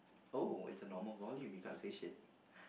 oh it's a normal volume you can't say shit